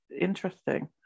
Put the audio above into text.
interesting